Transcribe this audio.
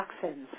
toxins